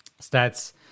stats